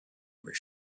where